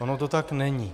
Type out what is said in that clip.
Ono to tak není.